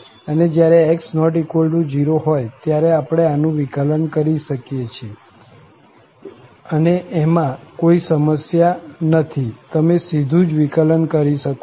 અને જયારે x≠0 હોય ત્યારે આપણે આનું વિકલન કરી શકીએ છીએ અને એમાં કોઈ સમસ્યા નથી તમે સીધું જ વિકલન કરી શકો છો